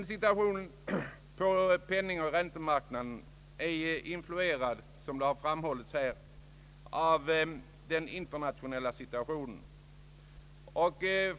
Situationen på penningoch räntemarknaden är influerad, som har framhållits här, av den internationella situationen.